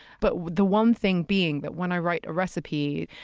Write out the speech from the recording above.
but the one thing being that, when i write a recipe,